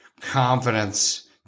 confidence